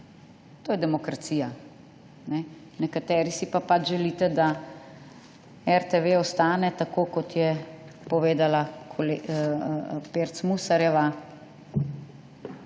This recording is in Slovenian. To je demokracija. Nekateri si pa pač želite, da RTV ostane taka, kot je povedala Pirc Musarjeva,